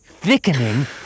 Thickening